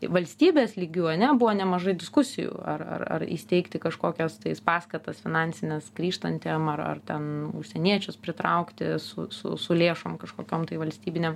valstybės lygiu ane buvo nemažai diskusijų ar ar ar įsteigti kažkokias paskatas finansines grįžtantiem ar ar ten užsieniečius pritraukti su su su lėšom kažkokiom tai valstybinėm